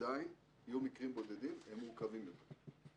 עדיין, יהיו מקרים בודדים, הם מורכבים יותר.